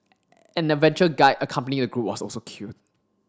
an adventure guide accompanying the group was also killed